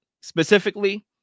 specifically